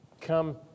come